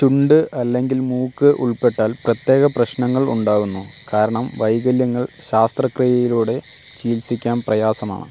ചുണ്ട് അല്ലെങ്കിൽ മൂക്ക് ഉൾപ്പെട്ടാൽ പ്രത്യേക പ്രശ്നങ്ങൾ ഉണ്ടാകുന്നു കാരണം വൈകല്യങ്ങൾ ശസ്ത്രക്രിയയിലൂടെ ചികിത്സിക്കാൻ പ്രയാസമാണ്